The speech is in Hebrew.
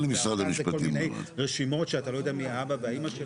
כאן זה כל מיני רשימות שאתה לא יודע מי האבא והאמא.